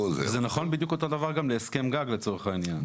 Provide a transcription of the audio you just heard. זה נכון גם בדיוק אותו דבר גם להסכם גג לצורך העניין.